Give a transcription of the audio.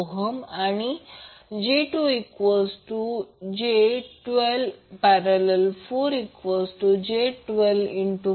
84 आणि Z2j12।।4j124j1243